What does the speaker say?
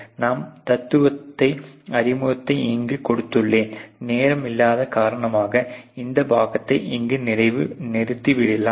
நான் தத்துவ அறிமுகத்தை இங்கு கொடுத்துள்ளேன் நேரம் இல்லாத காரணமாக இந்த பாகத்தை இங்கு நிறுத்திவிடலாம்